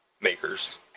makers